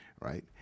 right